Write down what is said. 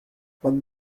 but